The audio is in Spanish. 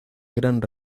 gran